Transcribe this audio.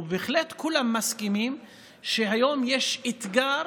בהחלט כולם מסכימים שהיום יש אתגר